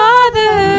Father